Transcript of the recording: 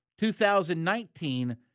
2019